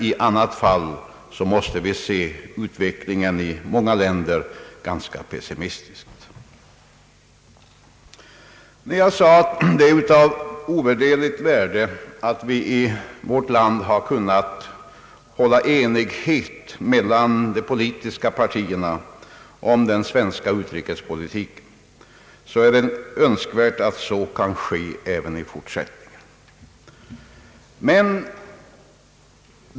I annat fall måste vi se ganska pessimistiskt på utvecklingen i dessa länder. När jag sade att det är av ovärderlig betydelse att de politiska partierna i vårt land har kunnat vara eniga om den svenska utrikespolitiken, så är det önskvärt att så blir fallet även i fortsättningen.